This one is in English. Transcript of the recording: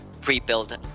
pre-build